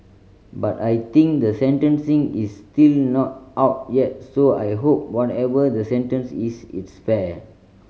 but I think the sentencing is still not out yet so I hope whatever the sentence is it's fair